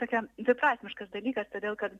tokia dviprasmiškas dalykas todėl kad